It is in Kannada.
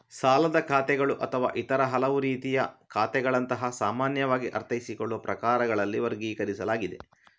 ಸಾಲದ ಖಾತೆಗಳು ಅಥವಾ ಇತರ ಹಲವು ರೀತಿಯ ಖಾತೆಗಳಂತಹ ಸಾಮಾನ್ಯವಾಗಿ ಅರ್ಥೈಸಿಕೊಳ್ಳುವ ಪ್ರಕಾರಗಳಲ್ಲಿ ವರ್ಗೀಕರಿಸಲಾಗಿದೆ